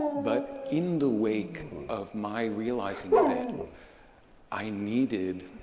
but in the wake of my realizing that i needed